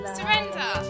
Surrender